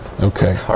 Okay